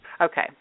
Okay